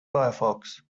firefox